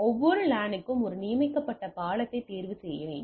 ஒவ்வொரு லானுக்கும் ஒரு நியமிக்கப்பட்ட பாலத்தைத் தேர்வுசெய்க